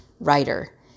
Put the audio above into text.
writer